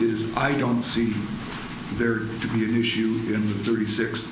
is i don't see there to be an issue in thirty six